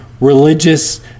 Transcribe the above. religious